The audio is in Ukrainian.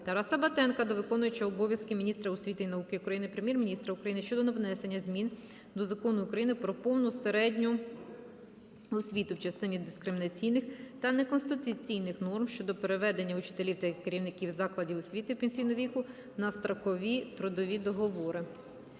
Тараса Батенка до виконувача обов'язків міністра освіти і науки України, Прем'єр-міністра України щодо внесення змін до Закону України "Про повну середню освіту" в частині дискримінаційних та неконституційних норм щодо переведення учителів та керівників закладів освіти пенсійного віку на строкові трудові договори.